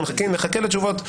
אנחנו נחכה לתשובות,